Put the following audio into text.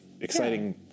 exciting